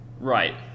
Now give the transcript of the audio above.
Right